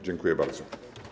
Dziękuję bardzo.